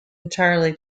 entirely